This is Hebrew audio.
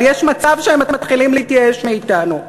אבל יש מצב שהם מתחילים להתייאש מאתנו.